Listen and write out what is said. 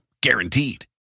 Guaranteed